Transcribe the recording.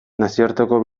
nazioarteko